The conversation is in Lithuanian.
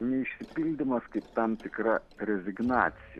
neišsipildymas kaip tam tikra rezignacija